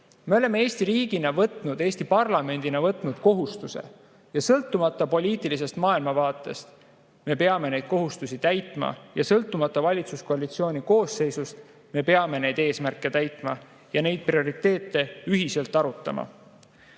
Me oleme Eesti riigina ja Eesti parlamendina võtnud kohustusi ning sõltumata poliitilisest maailmavaatest me peame neid kohustusi täitma. Sõltumata valitsuskoalitsiooni koosseisust me peame neid eesmärke täitma ja neid prioriteete ühiselt arutama.